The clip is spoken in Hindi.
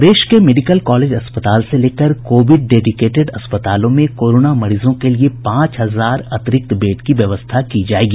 प्रदेश के मेडिकल कॉलेज अस्पताल से लेकर कोविड डेडिकेटेड अस्पतालों में कोरोना मरीजों के लिए पांच हजार अतिक्ति बेड की व्यवस्था की जायेगी